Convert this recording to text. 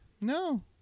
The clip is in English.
No